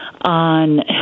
on